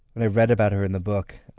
and i read about her in the book,